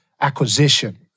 acquisition